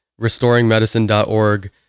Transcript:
restoringmedicine.org